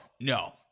no